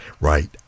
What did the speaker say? right